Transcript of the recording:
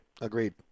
Agreed